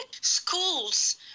Schools